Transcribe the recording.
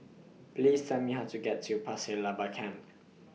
Please Tell Me How to get to Pasir Laba Camp